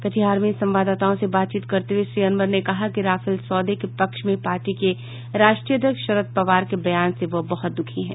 कटिहार में संवाददाताओं से बातचीत करते हुए श्री अनवर ने कहा कि राफेल सौदे के पक्ष में पार्टी के राष्ट्रीय अध्यक्ष शरद पवार के बयान से वह बहुत दुखी हैं